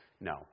no